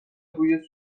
بوی